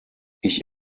ich